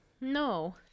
No